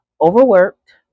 overworked